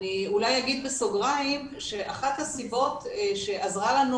אולי אומר בסוגריים שאחת הסיבות שעזרה לנו